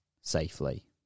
safely